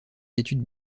études